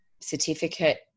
certificate